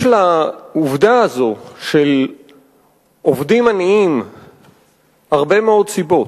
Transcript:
יש לעובדה הזאת של עובדים עניים הרבה מאוד סיבות.